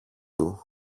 του